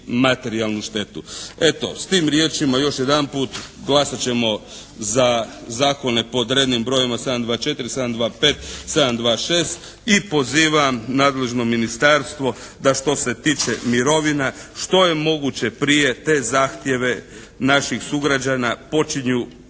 materijalnu štetu. Eto s tim riječima još jedanput, glasat ćemo za zakone pod rednim brojevima 724., 725., 726. i pozivam nadležno ministarstvo da što se tiče mirovina, što je moguće prije te zahtjeve naših sugrađana počinju